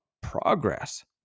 progress